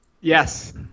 Yes